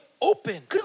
open